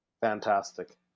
fantastic